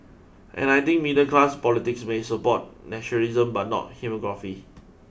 and I think middle class politics may support nationalism but not hegemony